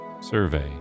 survey